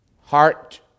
Heart